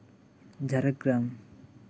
Jhargram